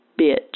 bitch